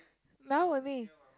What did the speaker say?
now only